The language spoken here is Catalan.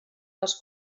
les